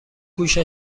گوش